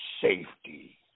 safety